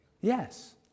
Yes